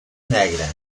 negre